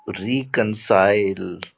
reconcile